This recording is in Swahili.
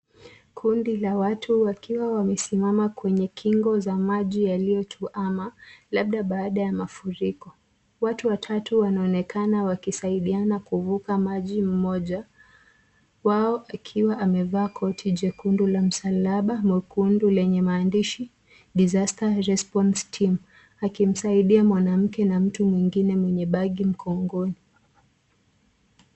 Kundi la watu wakiwa wamesimama kwenye kingo za maji yaliyo tuama, labda baada ya mafuriko. Watu watatu wanaonekana wakisaidiana kuvuka maji mmoja wao akiwa amevaa koti jekundu la msalaba mwekundu lenye maandishi Disaster Response Team akimsaidia mwanamke na mtu mwingine mwenye bagi mgongoni.